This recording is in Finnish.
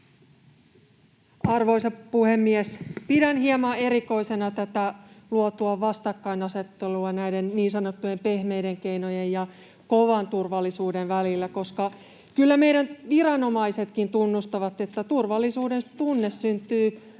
Arvoisa puhemies! Pidän hieman erikoisena luotua vastakkainasettelua näiden niin sanottujen pehmeiden keinojen ja kovan turvallisuuden välillä, koska kyllä meidän viranomaisetkin tunnustavat, että turvallisuudentunne syntyy